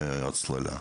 צריך הצללה.